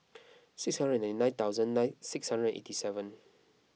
six hundred and ninety thousand nine six hundred and eighty seven